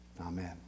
Amen